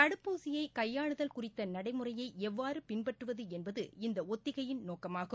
தடுப்பூசியை கையாளுதல் குறித்த நடைமுறையை எவ்வாறு பின்பற்றுவது என்பது இந்த ஒத்திகையின் நோக்கமாகும்